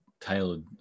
tailored